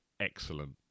Excellent